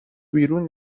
بیرون